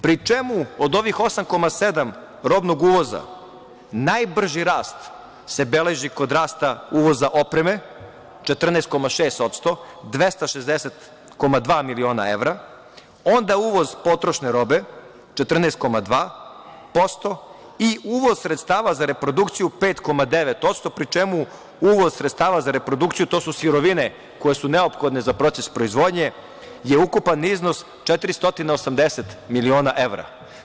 Pri čemu od ovih 8,7% robnog uvoza najbrži rast se beleži kod rasta uvoza opreme, 14,6%, 260,2 miliona evra, onda, uvoz potrošne robe 14,2% i uvoz sredstava za reprodukciju 5,9%, pri čemu uvoz sredstava za reprodukciju, to su sirovine koje su neophodne za proces proizvodnje je ukupan iznos 480 miliona evra.